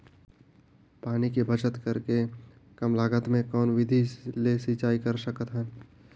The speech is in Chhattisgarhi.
पानी के बचत करेके कम लागत मे कौन विधि ले सिंचाई कर सकत हन?